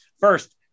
First